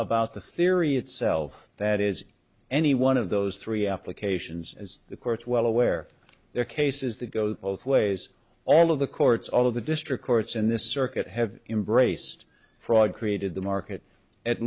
about the theory itself that is any one of those three applications as the court's well aware there are cases that go both ways all of the court's all of the district courts in this circuit have embraced fraud created the market at